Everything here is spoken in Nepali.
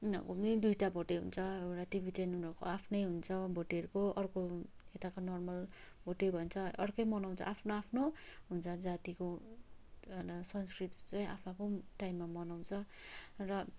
उनीहरूको पनि दुइटा भोटे हुन्छ एउटा टिबेटन उनीहरूको आफ्नै हुन्छ भोटेहरूको अर्को यताको नर्मल भोटे भन्छ अर्कै मनाउँछ आफ्नो आफ्नो हुन्छ जातिको संस्कृति चाहिँ आफ्नो आफ्नो टाइममा मनाउँछ र